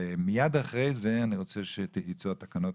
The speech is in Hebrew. ומיד אחרי זה אני רוצה שייצאו התקנות.